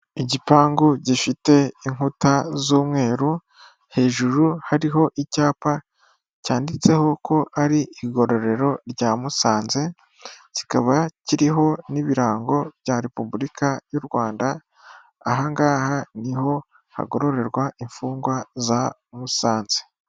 Igipangu gifite inkuta z'umweru hejuru hariho icyapa cyanditseho ko ari igororero rya Musanze kikaba kiriho n'ibirango bya repubulika y'u Rwanda; ahangaha ni ho hagororerwa imfungwa za Musanze.